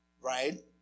right